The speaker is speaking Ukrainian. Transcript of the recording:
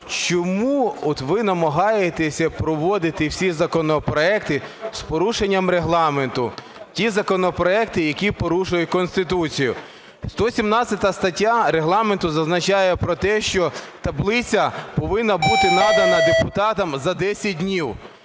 чому от ви намагаєтесь проводити всі законопроекти з порушенням Регламенту, ті законопроекти, які порушують Конституцію? Сто сімнадцята стаття Регламенту зазначає про те, що таблиця повинна бути надана депутатам за 10 днів.